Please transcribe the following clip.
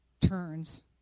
turns